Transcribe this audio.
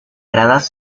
gradas